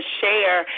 share